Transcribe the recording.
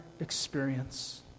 experience